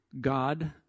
God